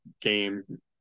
game